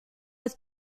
est